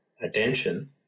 attention